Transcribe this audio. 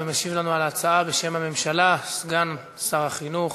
משיב לנו על ההצעה, בשם הממשלה, סגן שר החינוך